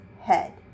head